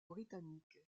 britanniques